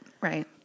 Right